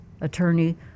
Attorney